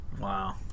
Wow